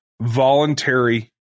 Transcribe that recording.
voluntary